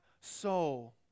soul